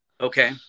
Okay